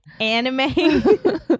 anime